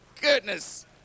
goodness